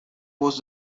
was